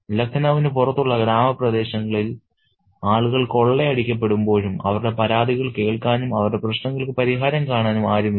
ലഖ്നൌവിനു പുറത്തുള്ള ഗ്രാമപ്രദേശങ്ങളിൽ ആളുകൾ കൊള്ളയടിക്കപ്പെടുമ്പോഴും അവരുടെ പരാതികൾ കേൾക്കാനും അവരുടെ പ്രശ്നങ്ങൾക്ക് പരിഹാരം കാണാനും ആരുമില്ല